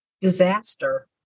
Disaster